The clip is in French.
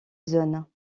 zones